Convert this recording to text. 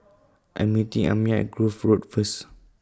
I Am meeting Amiah At Grove Road First